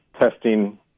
testing